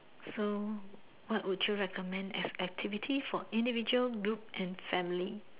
so what would you recommend as activity for individual group and family